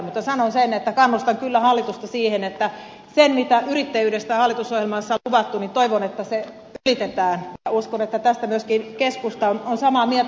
mutta sanon sen että kannustan kyllä hallitusta siihen että se mitä yrittäjyydestä hallitusohjelmassa on luvattu ylitetään ja uskon että tästä myöskin keskusta on samaa mieltä